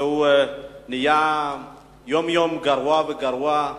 נהיים יום-יום גרועים יותר ויותר.